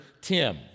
Tim